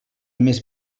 més